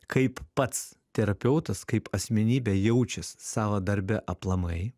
kaip pats terapeutas kaip asmenybė jaučias savo darbe aplamai